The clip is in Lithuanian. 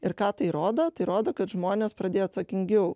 ir ką tai rodo tai rodo kad žmonės pradėjo atsakingiau